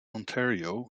ontario